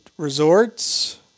resorts